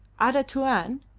ada tuan!